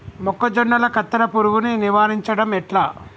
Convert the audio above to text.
మొక్కజొన్నల కత్తెర పురుగుని నివారించడం ఎట్లా?